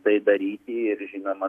tai daryti ir žinoma